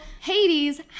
Hades